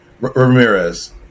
Ramirez